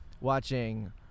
watching